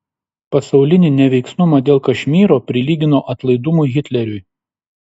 pasaulinį neveiksnumą dėl kašmyro prilygino atlaidumui hitleriui